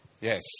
Yes